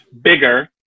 bigger